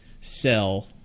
sell